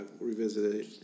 Revisited